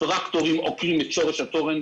טרקטורים עוקרים את ראש התורן.